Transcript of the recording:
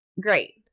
Great